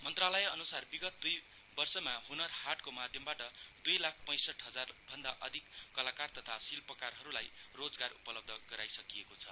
मन्त्रालयअन्सार विगत दुई वर्षमा हुनर हाटको माध्यमबाट दुई लाख पैंसठ हजार भन्दा अधिक कलाकार तथा शिल्पकारहरूलाई रोजगार उपलब्ध गराईसकिएका छन्